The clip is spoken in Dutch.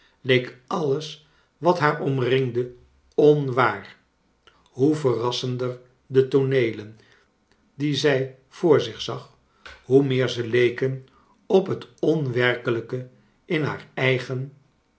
leek alles wat haar omringde onwaar hoe verrassender de tooneelen die zij voor zich zag hoe meer ze leken op het onwerkelijke in haar eigen